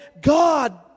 God